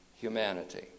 humanity